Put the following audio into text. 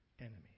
enemies